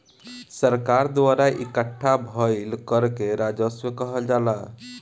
सरकार द्वारा इकट्ठा भईल कर के राजस्व कहल जाला